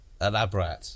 elaborate